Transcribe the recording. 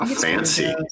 Fancy